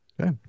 Okay